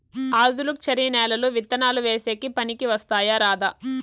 ఆధులుక్షరి నేలలు విత్తనాలు వేసేకి పనికి వస్తాయా రాదా?